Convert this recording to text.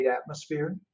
atmosphere